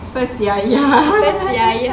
first yaya